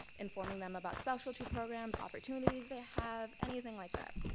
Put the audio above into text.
informing them about specialty programs, opportunities they have anything like that.